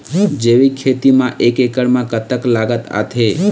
जैविक खेती म एक एकड़ म कतक लागत आथे?